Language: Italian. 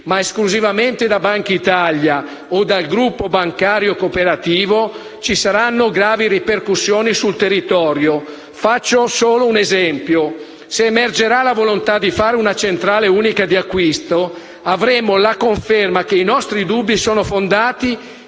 ma esclusivamente da Bankitalia o dal gruppo bancario cooperativo, ci saranno gravi ripercussioni sul territorio. Faccio solo un esempio. Se emergerà la volontà di fare una centrale unica di acquisto avremo la conferma che i nostri dubbi sono fondati